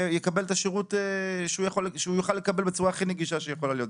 והוא יקבל את השירות שהוא יוכל לקבל בצורה הכי נגישה שיכולה להיות.